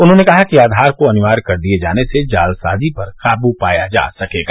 उन्होंने कहा कि आधार को अनिवार्य कर दिए जाने से जालसाजी पर काबू पाया जा सकेगा